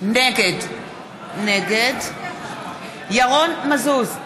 נגד ירון מזוז,